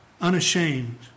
Unashamed